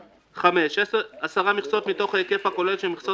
" 10 מכסות מתוך ההיקף הכולל של המכסות